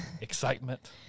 Excitement